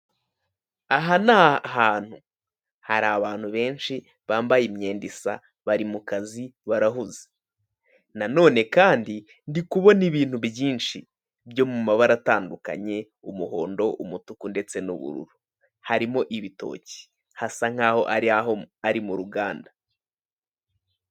Aha ni ahantu hari abantu benshi bambaye imyenda isa, bari mukazi barahuze. Nanone kandi ndikubona ibintu byinshi byo mu mabara atandukanye; umuhondo, umutuku ndetse n'ubururu harimo ibitoki hasa nk'aho ari mu ruganda